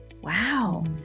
Wow